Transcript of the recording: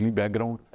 background